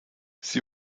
sie